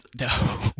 No